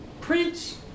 preach